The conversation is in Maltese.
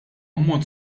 ammont